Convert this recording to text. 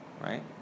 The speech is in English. right